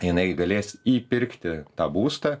jinai galės įpirkti tą būstą